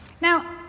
Now